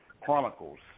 Chronicles